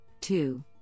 two